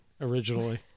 originally